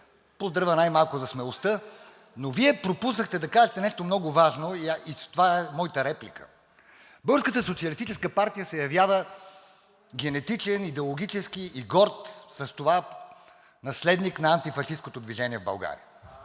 поздравя най-малко за смелостта, но Вие пропуснахте да кажете нещо много важно и затова е моята реплика. Българската социалистическа партия се явява генетичен идеологически и горд с това наследник на антифашисткото движение в България.